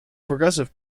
progressive